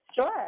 Sure